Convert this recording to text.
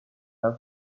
will